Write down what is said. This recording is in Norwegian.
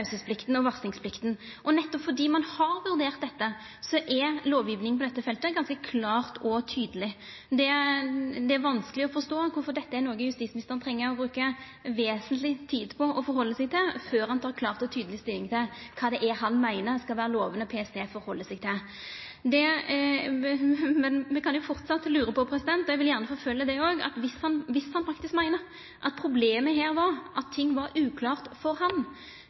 og varslingsplikta. Og nettopp fordi ein har vurdert dette, er lovgjevinga på dette feltet ganske klar og tydeleg. Det er vanskeleg å forstå kvifor dette er noko justisministeren treng å bruka vesentleg tid på før han klart og tydeleg tek stilling til kva det er han meiner skal vera lovene PST held seg til. Men me kan framleis lura på – og eg vil gjerne forfølgja det òg: Viss han faktisk meiner at problemet her var at ting var uklare for han, kvifor er det ikkje då det som er svaret hans når han vert utfordra frå Aftenposten? Eg er ikkje sikker, kunne han